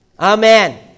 Amen